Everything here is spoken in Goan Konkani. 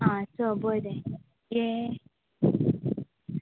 आं चल बरें हें